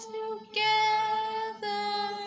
together